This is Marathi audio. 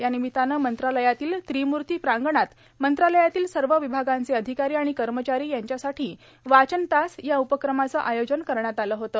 या निमित्तान मंत्रालयातील त्रिमूर्ती प्रागंणात मंत्रालयातील सर्व विभागांचे अधिकारी आणि कर्मचारी यांच्यासाठी वाचनतासश् या उपक्रमाच आयोजन करण्यात आल होत